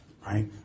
right